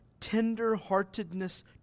tender-heartedness